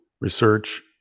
research